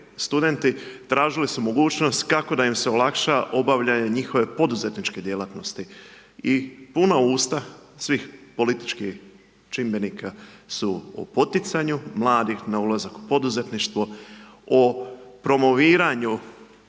studenti tražili su mogućnost kako da im se olakša obavljanje njihove poduzetničke djelatnosti. I puna usta svih političkih čimbenika su u poticanju, mladih na ulazak u poduzetništvu, o promoviranju